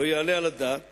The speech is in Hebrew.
לא יעלה על הדעת